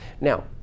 Now